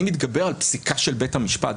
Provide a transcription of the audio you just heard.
אני מתגבר על פסיקה של בית המשפט.